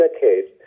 decades